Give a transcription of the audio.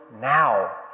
now